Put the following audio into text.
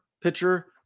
pitcher